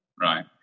Right